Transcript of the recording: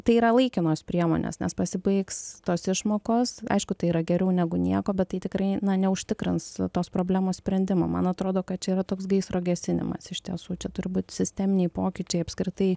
tai yra laikinos priemonės nes pasibaigs tos išmokos aišku tai yra geriau negu nieko bet tai tikrai na neužtikrins tos problemos sprendimo man atrodo kad čia yra toks gaisro gesinimas iš tiesų čia turi būti sisteminiai pokyčiai apskritai